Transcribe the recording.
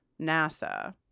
nasa